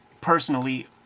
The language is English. personally